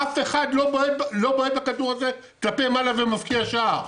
אף אחד לא בועט בכדור הזה כלפי מעלה ומבקיע שער.